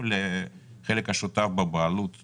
ולעומת זאת,